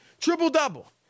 Triple-double